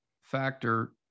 factor